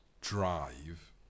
drive